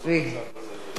במצב הזה.